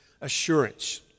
assurance